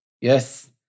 Yes